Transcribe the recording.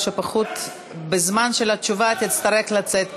או שלפחות בזמן של התשובה תצטרך לצאת מהאולם.